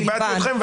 איבדתי אתכם.